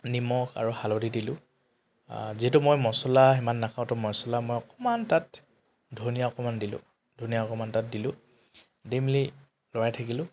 নিমখ আৰু হালধি দিলোঁ অ যিহেতু মই মচলা সিমান নাখাওঁ তো মচলা মই অকণমান তাত ধনিয়া অকণমান দিলোঁ ধনিয়া অকণমান তাত দিলোঁ দি মেলি লৰাই থাকিলোঁ